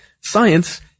science